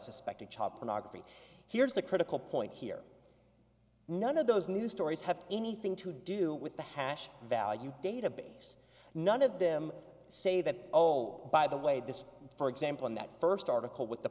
suspected child pornography here's the critical point here none of those news stories have anything to do with the hash value database none of them say that oh by the way this for example in that first article